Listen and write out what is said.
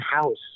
house